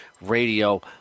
Radio